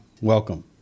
welcome